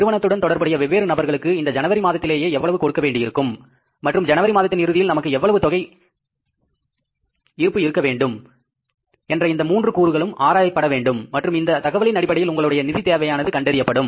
நிறுவனத்துடன் தொடர்புடைய வெவ்வேறு நபர்களுக்கு இந்த ஜனவரி மாதத்திலேயே எவ்வளவு கொடுக்க வேண்டியிருக்கும் மற்றும் ஜனவரி மாதத்தின் இறுதியில் நமக்கு எவ்வளவு தொகை இருப்பு இருக்க வேண்டும் என்ற இந்த மூன்று கூறுகளும் ஆராயப்பட வேண்டும் மற்றும் இந்த தகவலின் அடிப்படையில் உங்களுடைய நிதி தேவையானது கண்டறியப்படும்